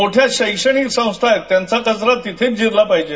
मोठ्या शैक्षणिक संस्था आहेत त्यांचा कचरा तिथेच जिरला पाहिजे